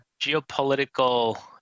geopolitical